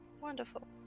Wonderful